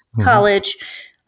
college